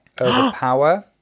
overpower